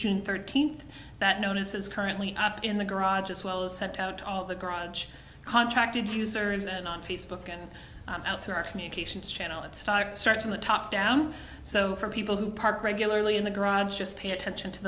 june thirteenth that notice is currently up in the garage as well as set out all the grudge contracted users and on facebook and out through our communications channel it starts from the top down so for people who park regularly in the garage just pay attention to